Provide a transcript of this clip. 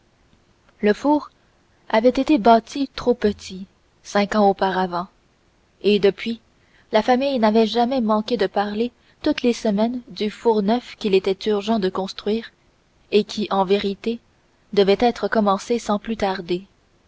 le four avait été bâti trop petit cinq ans auparavant et depuis la famille n'avait jamais manqué de parler toutes les semaines du four neuf qu'il était urgent de construire et qui en vérité devait être commencé sans plus tarder